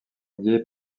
liée